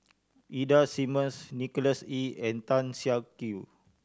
Ida Simmons Nicholas Ee and Tan Siak Kew